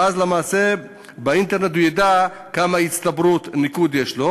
ואז למעשה יופיע באינטרנט והוא ידע כמה נקודות הצטברו לו.